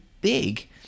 big